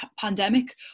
pandemic